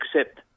accept